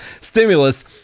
stimulus